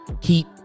keep